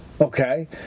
okay